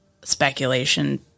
speculation